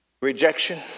rejection